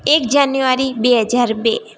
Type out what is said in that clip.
એક જાન્યુઆરી બે હજાર બે